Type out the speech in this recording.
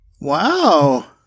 Wow